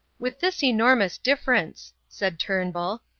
with this enormous difference, said turnbull,